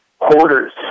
hoarders